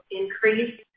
increase